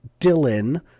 dylan